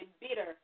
bitter